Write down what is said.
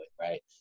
right